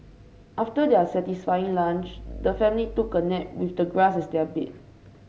after their satisfying lunch the family took a nap with the grass as their bed